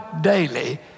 daily